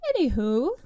Anywho